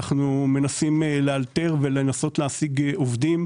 אנחנו מנסים לאלתר, מנסים להשיג עובדים.